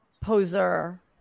poser